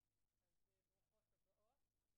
אז ברוכות הבאות.